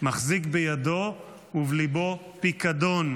מחזיק בידו ובליבו פיקדון,